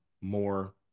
more